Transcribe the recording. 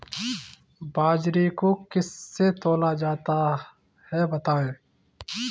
बाजरे को किससे तौला जाता है बताएँ?